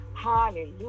Hallelujah